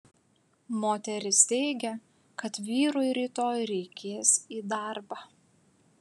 moteris teigia kad vyrui rytoj reikės į darbą